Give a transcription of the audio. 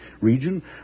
region